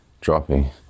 dropping